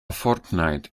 fortnight